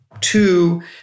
two